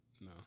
No